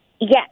Yes